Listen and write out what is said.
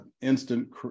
instant